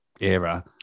era